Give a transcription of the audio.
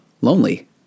lonely